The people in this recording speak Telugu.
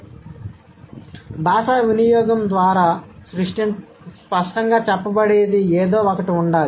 కాబట్టి భాషా వినియోగం ద్వారా స్పష్టంగా చెప్పబడేది ఏదో ఒకటి ఉండాలి